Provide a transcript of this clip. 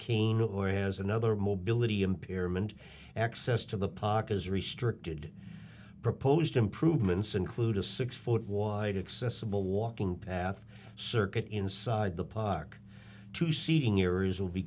has another mobility impairment access to the poc is restricted proposed improvements include a six foot wide accessible walking path circuit inside the park to seating years will be